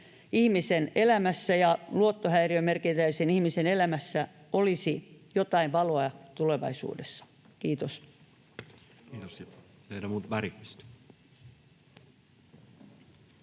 ihmisen elämässä ja luottohäiriömerkintäisen ihmisen elämässä olisi jotain valoa tulevaisuudessa. — Kiitos.